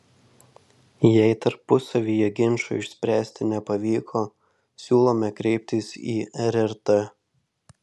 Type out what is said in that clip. jei tarpusavyje ginčo išspręsti nepavyko siūlome kreiptis į rrt